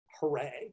hooray